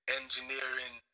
engineering